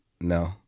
No